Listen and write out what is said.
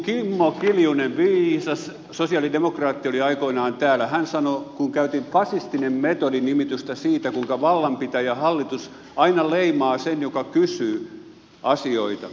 kimmo kiljunen viisas sosialidemokraatti oli aikoinaan täällä kun käytin fasistinen metodi nimitystä siitä kuinka vallanpitäjähallitus aina leimaa sen joka kysyy asioita